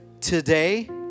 today